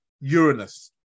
Uranus